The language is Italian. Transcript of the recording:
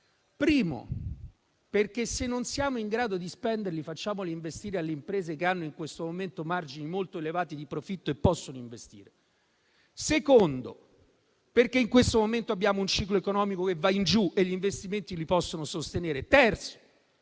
luogo perché, se non siamo in grado di spenderli, facciamoli investire alle imprese che hanno in questo momento margini molto elevati di profitto e possono investire; in secondo luogo, perché in questo momento abbiamo un ciclo economico che va in giù e gli investimenti li possono sostenere;